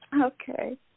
Okay